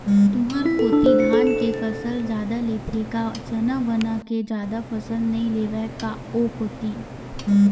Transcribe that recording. तुंहर कोती धाने के फसल जादा लेथे का चना वना के जादा फसल नइ लेवय का ओ कोती?